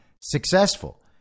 successful